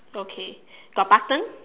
okay got button